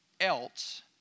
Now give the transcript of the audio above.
else